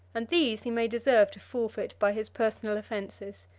and these he may deserve to forfeit by his personal offences.